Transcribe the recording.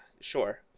Sure